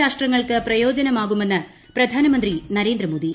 രാഷ്ട്രങ്ങൾക്ക് പ്രയോജനമാകുമെന്ന് പ്രധാനമന്ത്രി നരേന്ദ്രമോദി